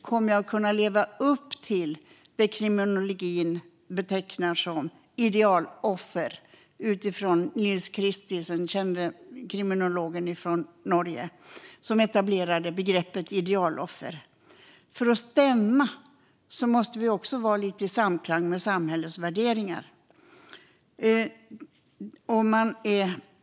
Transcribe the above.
Kommer jag att kunna leva upp till det som inom kriminologin betecknas som idealoffer? Det var Nils Christie, den kände kriminologen från Norge, som etablerade begreppet idealoffer. För att det ska stämma måste vi vara lite i samklang med samhällets värderingar.